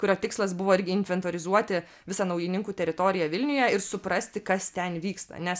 kurio tikslas buvo irgi inventorizuoti visą naujininkų teritoriją vilniuje ir suprasti kas ten vyksta nes